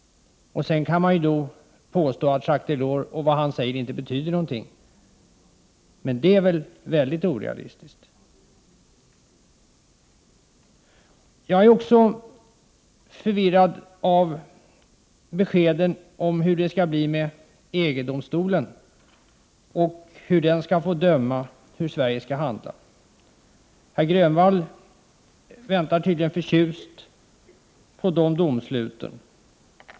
Sedan kan man påstå att vad Jacques Delors säger inte betyder någonting; men det är helt orealistiskt. Jag är också förvirrad när det gäller beskeden om hur det skall bli med EG-domstolen, huruvida den skall få döma hur Sverige skall handla. Herr Grönvall väntar tydligen förtjust på de domsluten.